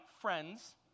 friends